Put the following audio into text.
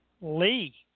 Lee